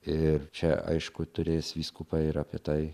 ir čia aišku turės vyskupai ir apie tai